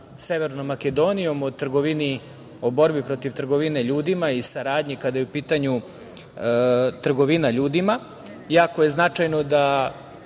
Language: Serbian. Severnom Makedonijom o trgovini, o borbi protiv trgovine ljudima i saradnji kada je u pitanju trgovina ljudima. Jako je značajno to